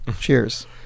Cheers